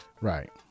Right